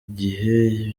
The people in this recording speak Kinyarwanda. gihe